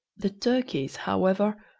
the turkeys, however,